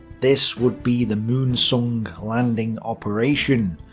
this would be the moonsund landing operation,